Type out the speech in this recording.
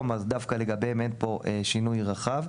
אז דווקא לגביהם אין פה שינוי רחב).